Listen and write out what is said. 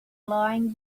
lying